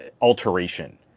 alteration